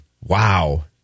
Wow